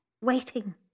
waiting